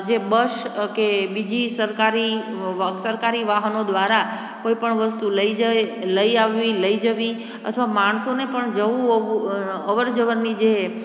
જે બસ કે બીજી સરકારી વાહનો દ્વારા કોઈપણ વસ્તુ લઈ જએ લઈ આવવી લઈ જવી અથવા માણસોને પણ અવર જવરની જે